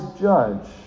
judge